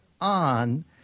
on